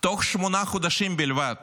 תוך שמונה חודשים בלבד